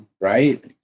right